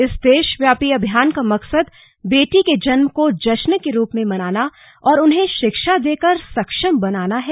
इस देशव्यापी अभियान का मकसद बेटी के जन्म को जश्न के रुप में मनाना और उन्हें शिक्षा देकर सक्षम बनाना है